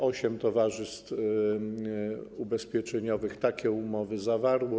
Osiem towarzystw ubezpieczeniowych takie umowy zawarło.